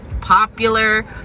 popular